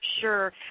Sure